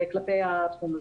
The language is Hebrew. כלפי התחום הזה.